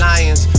Lions